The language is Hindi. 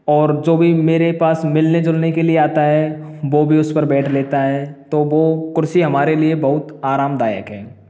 और जो भी मेरे पास मिलने जुलने के लिए आता है वो भी उस पर बैठ लेता है तो वो कुर्सी हमारे लिए बहुत आरामदायक है